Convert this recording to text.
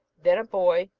then a boy,